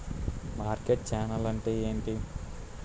Market channel అంటే ఏంటి?